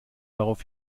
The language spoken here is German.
darauf